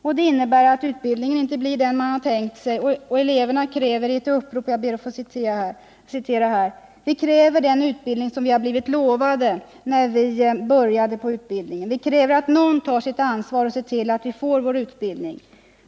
Detta innebär att utbildningen inte blir den man har tänkt sig. Eleverna säger i ett upprop: ”Vi kräver den utbildning som vi har blivit lovade när vi började på utbildningen. Vi kräver att någon tar sitt ansvar och ser till att vi får vår utbildning.